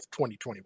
2021